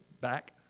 back